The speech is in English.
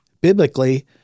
biblically